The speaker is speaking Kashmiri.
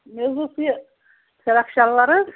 مےٚ حظ اوس یہِ فِرٛاک شَلوار حظ